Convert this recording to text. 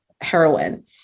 heroin